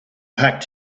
packed